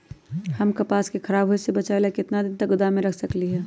हम कपास के खराब होए से बचाबे ला कितना दिन तक गोदाम में रख सकली ह?